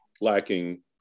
lacking